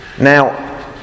Now